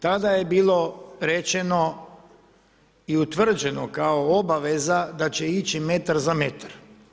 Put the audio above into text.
Tada je bilo rečeno i utvrđeno kao obaveza da će ići metar za metar.